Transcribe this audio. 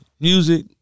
Music